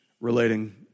relating